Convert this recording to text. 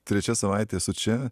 trečia savaitė esu čia